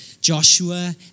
Joshua